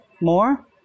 more